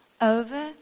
over